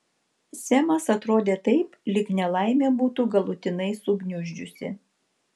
semas atrodė taip lyg nelaimė būtų galutinai sugniuždžiusi